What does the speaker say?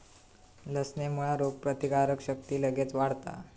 लसणेमुळा रोगप्रतिकारक शक्ती लगेच वाढता